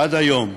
עד היום,